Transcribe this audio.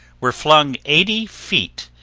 were flung eighty feet,